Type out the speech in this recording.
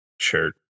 shirt